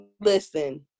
listen